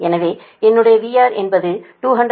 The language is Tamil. எனவே என்னுடைய VR என்பது 220 KV IR 787